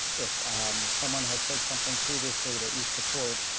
if someone has said something previously that you support,